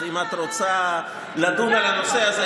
אז אם את רוצה לדון על הנושא הזה,